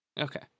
Okay